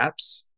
apps